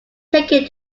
taken